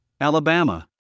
Alabama